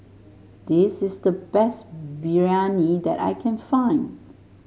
this is the best Biryani that I can find